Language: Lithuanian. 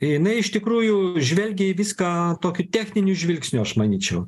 jinai iš tikrųjų žvelgia į viską tokiu techniniu žvilgsniu aš manyčiau